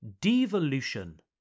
devolution